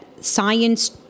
science